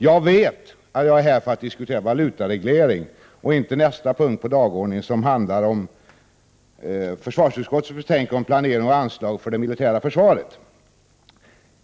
Jag vet att jag står här för att diskutera valutareglering och inte nästa dagordningspunkt på talarlistan, FöU:s betänkande om planering och anslag för det militära försvaret.